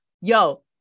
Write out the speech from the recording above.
Yo